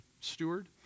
steward